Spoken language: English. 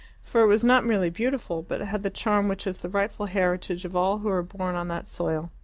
for it was not merely beautiful, but had the charm which is the rightful heritage of all who are born on that soil.